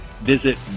visit